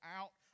out